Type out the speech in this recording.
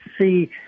see